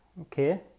okay